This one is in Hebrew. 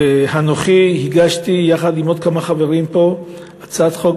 ואנוכי הגשתי יחד עם עוד כמה חברים פה הצעת חוק